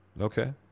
Okay